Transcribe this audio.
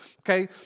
Okay